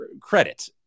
credit